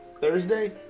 Thursday